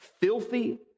filthy